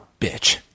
bitch